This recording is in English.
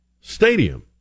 stadium